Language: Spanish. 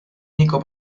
único